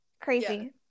Crazy